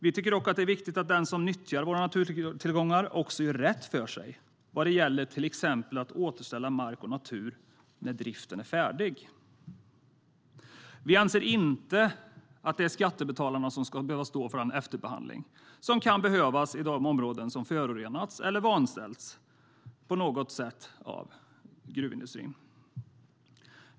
Vi tycker dock att det är viktigt att den som nyttjar våra naturtillgångar också gör rätt för sig när det gäller till exempel att återställa mark och natur när driften är färdig. Vi anser inte att det är skattebetalarna som ska behöva stå för den efterbehandling som kan behövas i områden som har förorenats eller på något annat sätt vanställts av gruvindustrin.